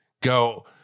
go